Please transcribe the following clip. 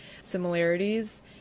similarities